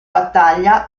battaglia